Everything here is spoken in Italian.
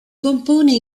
compone